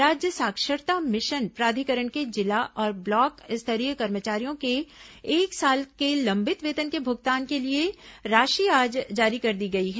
राज्य साक्षरता मिशन प्राधिकरण के जिला और ब्लॉक स्तरीय कर्मचारियों के एक साल के लंबित वेतन के भुगतान के लिए राशि आज जारी कर दी गई है